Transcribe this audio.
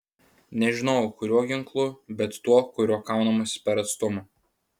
nežinojau kuriuo ginklu bet tuo kuriuo kaunamasi per atstumą